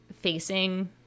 Facing